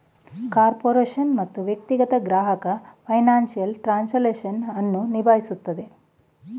corporation ಮತ್ತು ವ್ಯಕ್ತಿಗತ ಗ್ರಾಹಕ ಫೈನಾನ್ಸಿಯಲ್ ಟ್ರಾನ್ಸ್ಲೇಷನ್ ಅನ್ನು ನಿಭಾಯಿಸುತ್ತದೆ